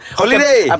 holiday